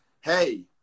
hey